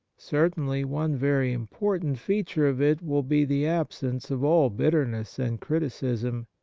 certainly one very important feature of it will be the absence of all bitterness and criticism,